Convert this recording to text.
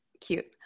Cute